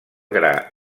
gra